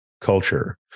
culture